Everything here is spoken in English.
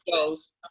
shows